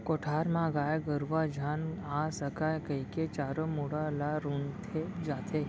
कोठार म गाय गरूवा झन आ सकय कइके चारों मुड़ा ले रूंथे जाथे